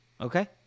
Okay